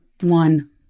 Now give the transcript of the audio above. One